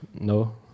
no